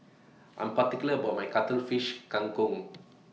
I Am particular about My Cuttlefish Kang Kong